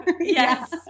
Yes